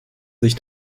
sich